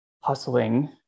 hustling